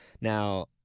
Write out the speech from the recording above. Now –